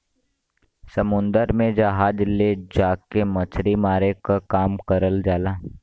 समुन्दर में जहाज ले जाके मछरी मारे क काम करल जाला